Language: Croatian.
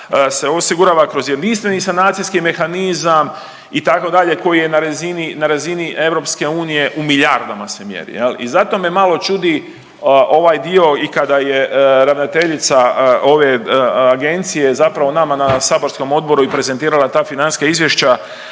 se osigurava kroz jedinstveni sanacijski mehanizam itd. koji je na razini, na razini EU, u milijardama se mjeri je li i zato me malo čudi ovaj dio i kada je ravnateljica ove agencije zapravo nama na saborskom odboru i prezentirala ta financijska izvješća